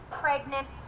pregnant